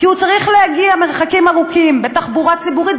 כי הוא צריך להגיע ממרחקים ארוכים בתחבורה ציבורית,